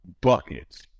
Buckets